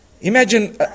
Imagine